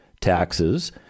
taxes